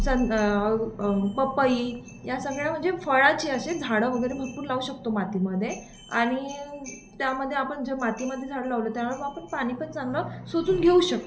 सं पपई या सगळ्या म्हणजे फळाची अशी झाडं वगैरे भरपूर लावू शकतो मातीमध्ये आणि त्यामध्ये आपण जे मातीमध्येे झाडं लावलं त्यावर आपण पाणी पण चांगलं शोषून घेऊ शकतो